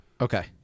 Okay